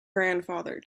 grandfather